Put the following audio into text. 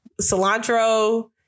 cilantro